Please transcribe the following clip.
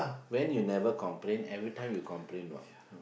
when you never complain every time you complain what